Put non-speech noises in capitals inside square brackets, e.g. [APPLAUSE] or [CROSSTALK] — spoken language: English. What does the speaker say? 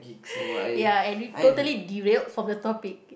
[BREATH] ya and we totally derailed from the topic